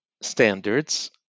standards